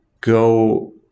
go